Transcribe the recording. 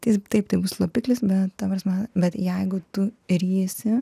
taip tai bus slopiklis bet ta prasme bet jeigu tu rysi